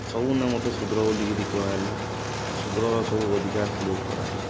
ସବୁନେ ମତେ ଶୂଦ୍ର ବୋଲିକିରି କୁହାହେଲା ଆଉ ଶୂଦ୍ରର ସବୁ ଅଧିକାର୍ ଲୁଟ୍ କରାହେଲା